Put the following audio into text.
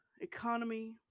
economy